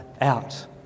out